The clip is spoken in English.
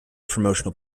promotional